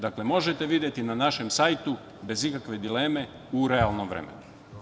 Dakle, možete videti na našem sajtu, bez ikakve dileme, u realnom vremenu.